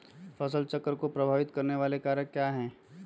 फसल चक्र को प्रभावित करने वाले कारक क्या है?